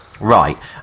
Right